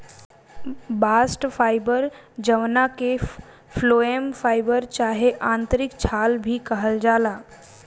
bast fibre जवना के phloem fibre चाहे आंतरिक छाल भी कहल जाला